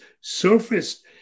surfaced